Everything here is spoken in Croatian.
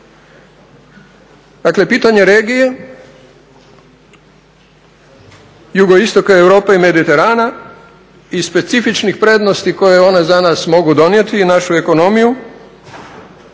Dakle pitanje regije JI Europe i Mediterana i specifičnih prednosti koje one za nas mogu donijeti i našu ekonomiju,